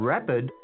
Rapid